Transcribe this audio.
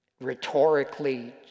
rhetorically